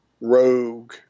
rogue